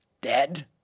dead